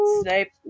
Snape